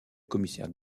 commissaire